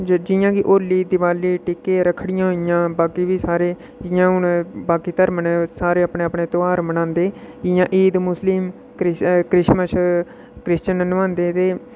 जि'यां के होली दिवाली टिक्के रक्खड़ियां होइयां बाकी बी सारे इ'यां हून बाकी धर्म न सारे अपने अपने ध्यार मनांदे इ'यां ईद मुस्लिम क्रिसमस क्रिश्चन मनांदे ते